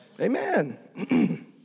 Amen